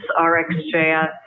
RxJS